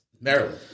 Maryland